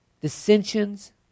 dissensions